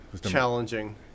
Challenging